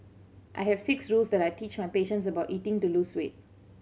I have six rules that I teach my patients about eating to lose weight